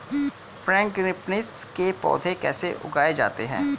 Frangipanis के पौधे कैसे उगाए जाते हैं?